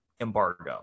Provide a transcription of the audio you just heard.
embargo